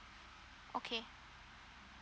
okay